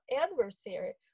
adversary